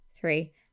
three